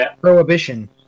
Prohibition